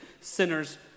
sinners